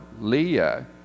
Leah